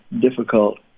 difficult